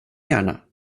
gärna